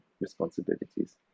responsibilities